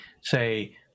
say